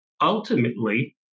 Ultimately